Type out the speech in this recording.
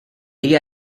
area